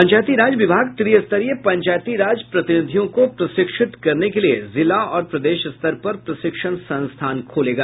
पंचायती राज विभाग त्रिस्तरीय पंचायती राज प्रतिनिधियों को प्रशिक्षित करने के लिये जिला और प्रदेश स्तर पर प्रशिक्षण संस्थान खोलेगा